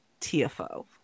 TFO